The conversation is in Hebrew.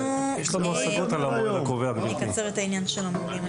אני מניחה שנגיע להצבעות אולי ביום רביעי.